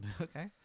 Okay